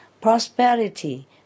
prosperity